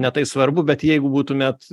ne tai svarbu bet jeigu būtumėt